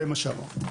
זה מה שאמרתי.